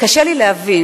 קשה לי להבין,